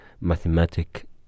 mathematic